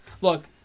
Look